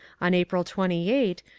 on april twenty eight,